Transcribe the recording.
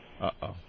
Uh-oh